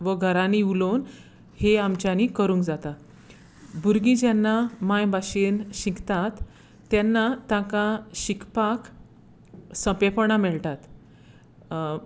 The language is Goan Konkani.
वो घरांनी उलोवन ही आमच्यांनी करूंक जाता भुरगीं जेन्ना मायभाशेन शिकतात तेन्ना ताका शिकपाक सोंपेपणां मेळटात